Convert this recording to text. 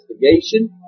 investigation